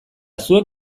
zuek